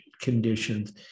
conditions